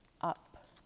up